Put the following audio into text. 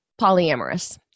polyamorous